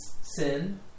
sin